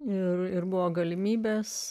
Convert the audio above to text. ir ir buvo galimybes